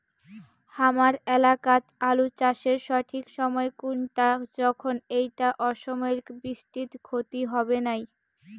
হামার এলাকাত আলু চাষের সঠিক সময় কুনটা যখন এইটা অসময়ের বৃষ্টিত ক্ষতি হবে নাই?